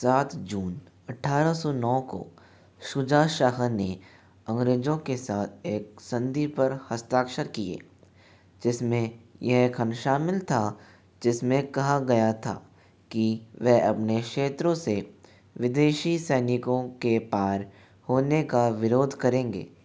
सात जून अट्ठारह सौ नौ को शुजा शाह ने अंग्रेज़ों के साथ एक संधि पर हस्ताक्षर किया जिस में यह खंड शामिल था जिस में कहा गया था कि वह अपने क्षेत्रों से विदेशी सैनिकों के पार होने का विरोध करेंगे